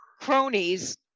cronies